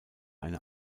eine